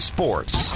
Sports